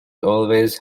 always